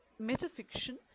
Metafiction